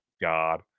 God